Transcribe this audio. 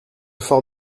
fort